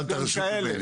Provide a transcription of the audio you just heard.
קיבלת רשות ממני.